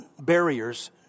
barriers